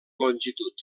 longitud